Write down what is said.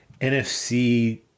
NFC